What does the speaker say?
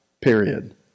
Period